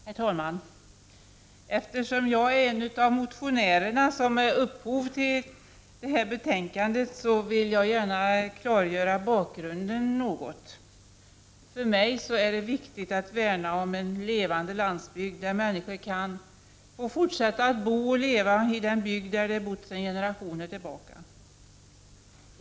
Herr talman! Eftersom jag är en av motionärerna som har gett upphov till detta betänkande, vill jag gärna klargöra bakgrunden något. För mig är det viktigt att värna om en levande landsbygd, där människor kan få fortsätta att bo och leva i den bygd där familjen har bott sedan generationer tillbaka.